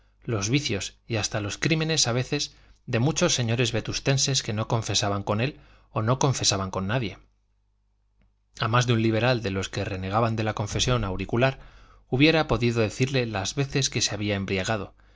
los vicios y hasta los crímenes a veces de muchos señores vetustenses que no confesaban con él o no confesaban con nadie a más de un liberal de los que renegaban de la confesión auricular hubiera podido decirle las veces que se había embriagado